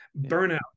burnout